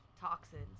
toxins